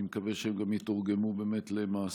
אני מקווה שהם גם יתורגמו למעשים,